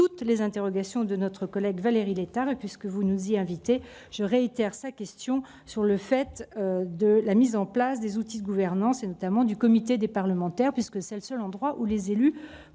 toutes les interrogations de notre collègue Valérie Létard. Puisque vous nous y invitez, je réitère sa question sur la mise en place des outils de gouvernance, notamment du comité des partenaires du logement social, seul lieu où les élus